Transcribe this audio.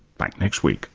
back next week